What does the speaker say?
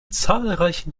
zahlreichen